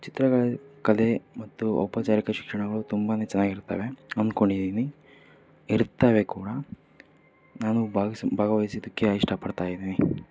ಚಿತ್ರ ಕಲೆ ಮತ್ತು ಔಪಚಾರಿಕ ಶಿಕ್ಷಣಗಳು ತುಂಬಾ ಚೆನ್ನಾಗಿರ್ತವೆ ಅಂದ್ಕೊಂಡಿದ್ದೀನಿ ಇರ್ತವೆ ಕೂಡ ನಾನು ಬಾಗಯ್ಸ್ ಭಾಗವಹ್ಸಿದಕ್ಕೆ ಇಷ್ಟ ಪಡ್ತಾ ಇದ್ದೀನಿ